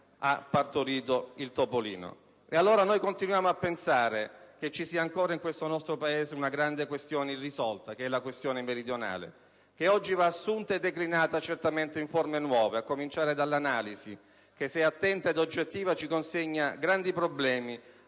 ha partorito il topolino. Ed allora, continuiamo a pensare che ci sia ancora in questo nostro Paese una grande questione irrisolta, quella meridionale, che oggi va assunta e declinata certamente in forme nuove: a cominciare dall'analisi, che se attenta ed oggettiva, ci consegna grandi problemi,